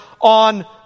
on